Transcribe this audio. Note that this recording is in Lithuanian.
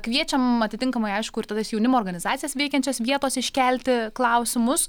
kviečiam atitinkamai aišku ir tas jaunimo organizacijas veikiančias vietos iškelti klausimus